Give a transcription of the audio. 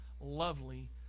lovely